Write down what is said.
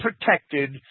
protected